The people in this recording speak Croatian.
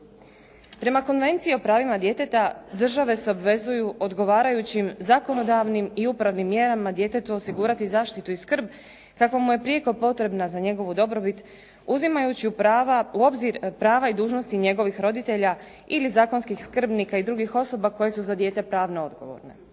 Prema konvenciji o pravima djeteta, države se obvezuju odgovarajućim zakonodavnim i upravnim mjerama djetetu osigurati zaštitu i skrb kakva mu je prijeko potrebna za njegovu dobrobit uzimajući u obzir prava i dužnosti njegovih roditelja ili zakonskih skrbnika i drugih osoba koje su za dijete pravno odgovorne.